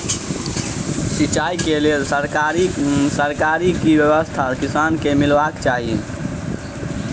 सिंचाई केँ लेल सरकारी की व्यवस्था किसान केँ मीलबाक चाहि?